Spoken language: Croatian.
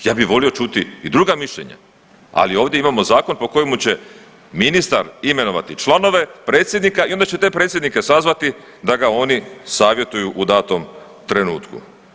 Ja bi volio čuti i druga mišljenja, ali ovdje imamo zakon po kojemu će ministar imenovati članove, predsjednika i onda će te predsjednike sazvati da ga oni savjetuju u datom trenutku.